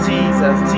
Jesus